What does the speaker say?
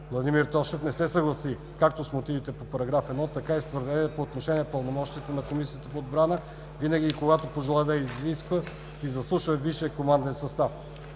Владимир Тошев не се съгласи както с мотивите по § 1, така и с твърденията по отношение пълномощията на Комисията по отбрана винаги и когато пожелае да извиква и заслушва висшия команден състав.